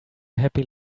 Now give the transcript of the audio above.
happy